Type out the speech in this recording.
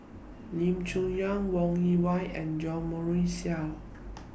Lim Chong Yah Wong Yoon Wah and Jo Marion Seow